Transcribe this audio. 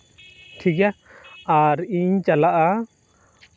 ᱴᱷᱤᱠ ᱜᱮᱭᱟ ᱟᱨ ᱤᱧ ᱪᱟᱞᱟᱜᱼᱟ